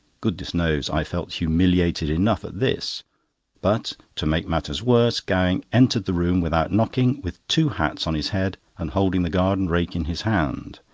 goodness knows i felt humiliated enough at this but, to make matters worse, gowing entered the room, without knocking, with two hats on his head and holding the garden-rake in his hand,